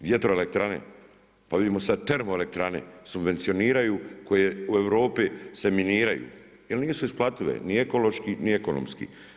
Vjetroelektrane, pa vidimo sad termoelektrane subvenioniraju koje u Europi se miniraju jer nisu isplative ni ekološki ni ekonomski.